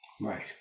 Right